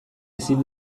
ezin